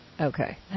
Okay